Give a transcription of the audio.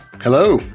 Hello